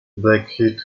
blackheath